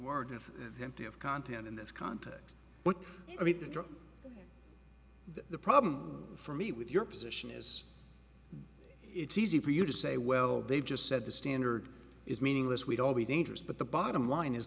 of empty of content in this context what i mean the drug the problem for me with your position is it's easy for you to say well they just set the standard is meaningless we'd all be dangerous but the bottom line is